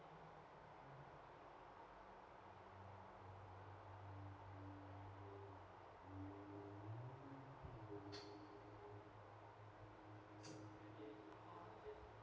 mm